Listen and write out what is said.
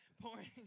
pouring